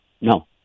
no